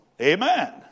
amen